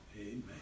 Amen